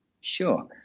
Sure